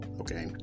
okay